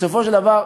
בסופו של דבר,